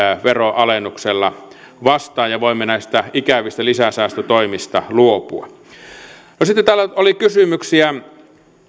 veronalennuksella vastaan ja voimme näistä ikävistä lisäsäästötoimista luopua sitten täällä oli kysymyksiä